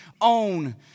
own